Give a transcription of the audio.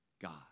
God